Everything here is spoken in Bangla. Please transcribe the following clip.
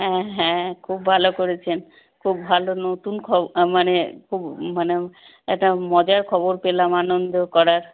হ্যাঁ হ্যাঁ খুব ভালো করেছেন খুব ভালো নতুন খ মানে খুব মানে একটা মজার খবর পেলাম আনন্দ করার